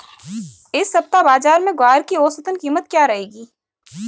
इस सप्ताह बाज़ार में ग्वार की औसतन कीमत क्या रहेगी?